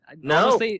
No